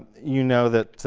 you know that